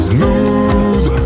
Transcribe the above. Smooth